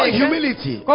humility